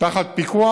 תחת פיקוח.